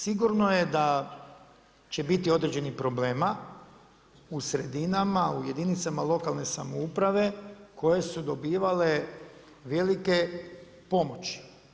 Sigurno je da će biti određenih problema, u sredinama, u jedinicama lokalne samouprave koje su dobivale velike pomoći.